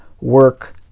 work